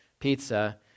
pizza